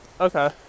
Okay